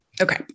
Okay